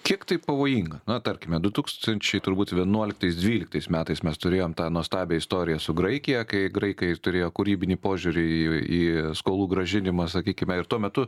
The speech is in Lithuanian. kiek tai pavojinga na tarkime du tukstančiai turbūt vienuoliktais dvyliktais metais mes turėjom tą nuostabią istoriją su graikija kai graikai turėjo kūrybinį požiūrį į skolų grąžinimą sakykime ir tuo metu